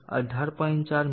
05 મી